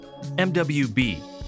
MWB